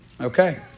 Okay